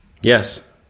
Yes